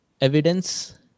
evidence